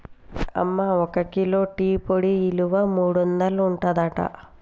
అమ్మ ఒక kilo tea పొడి ఇలువ మూడొందలు ఉంటదట